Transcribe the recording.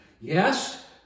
Yes